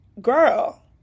Girl